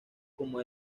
como